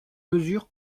mesure